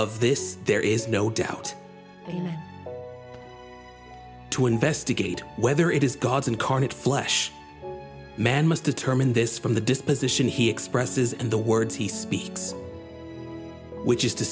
of this there is no doubt to investigate whether it is god's incarnate flesh man must determine this from the disposition he expresses in the words he speaks which is to